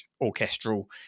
orchestral